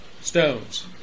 stones